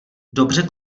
dobře